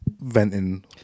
venting